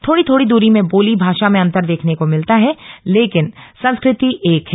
थोड़ी थोड़ी दूरी में बोली भाषा में अंतर देखने को भिलता है लेकिन संस्कृति एक है